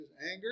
anger